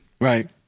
Right